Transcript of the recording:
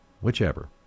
whichever